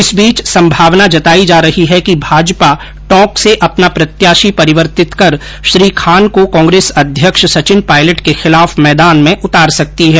इस बीच संभावना जतायी जा रही है कि भाजपा टोंक से अपना प्रत्याशी परिवर्तित कर श्री खान को कांग्रेस अध्यक्ष सचिन पायलट के खिलाफ मैदान में उतार सकती है